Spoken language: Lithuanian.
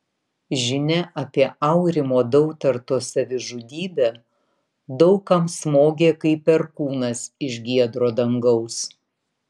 žinia apie aurimo dautarto savižudybę daug kam smogė kaip perkūnas iš giedro dangaus